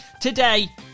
today